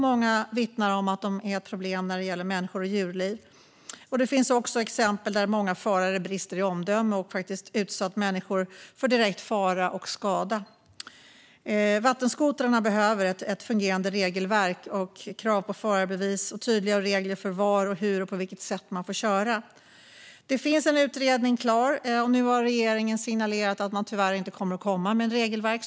Många vittnar om att de är ett problem för människor och djurliv. Det finns också många exempel på att förare brister i omdöme och utsätter människor för direkt fara och skada. Vattenskotrarna behöver ett fungerande regelverk med krav på förarbevis och tydliga regler för var och på vilket sätt man får köra. Det finns en färdig utredning, men regeringen har nu tyvärr signalerat att man inte kommer att lägga fram något regelverk.